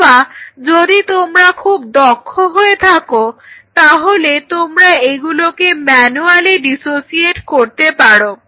অথবা যদি তোমরা খুব দক্ষ হয়ে থাকো তাহলে তোমরা এগুলিকে ম্যানুয়ালি ডিসোসিয়েট করতে পারো